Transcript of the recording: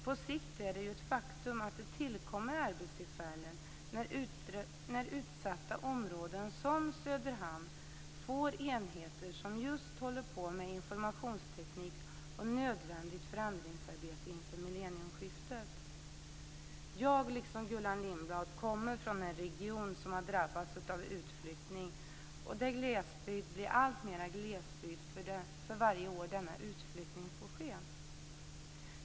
På sikt är det ett faktum att det tillkommer arbetstillfällen när utsatta områden, som Söderhamn, får enheter som just håller på med informationsteknik och nödvändigt förändringsarbete inför millennieskiftet. Jag, liksom Gullan Lindblad, kommer från en region som drabbats av utflyttning. Glesbygden blir alltmer glesbygd för varje år denna utflyttning får ske.